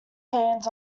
hands